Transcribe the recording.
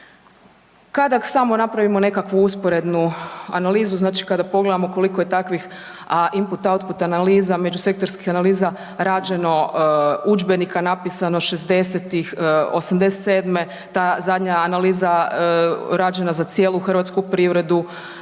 Kada samo napravimo nekakvu usporednu analizu, znači kada pogledamo koliko je takvih input, output analiza, međusektorskih analiza rađeno, udžbenika napisano '60.-tih, '87. ta zadnja analiza rađena za cijelu hrvatsku privredu,